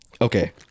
Okay